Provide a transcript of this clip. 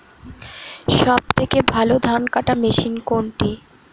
সবথেকে ভালো ধানকাটা মেশিন কোনটি?